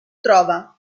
trova